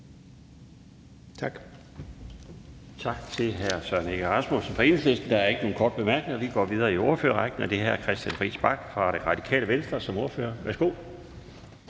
Tak